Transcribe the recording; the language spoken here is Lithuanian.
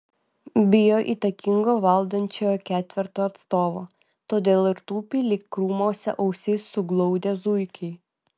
bijo įtakingo valdančiojo ketverto atstovo todėl ir tupi lyg krūmuose ausis suglaudę zuikiai